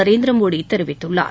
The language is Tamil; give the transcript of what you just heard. நரேந்திர மோடி தெரிவித்துள்ளார்